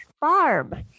barb